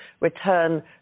return